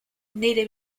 nire